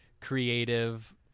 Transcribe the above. creative